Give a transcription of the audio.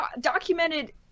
documented